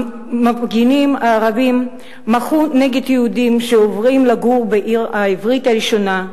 המפגינים הערבים מחו נגד יהודים שעוברים לגור בעיר העברית הראשונה,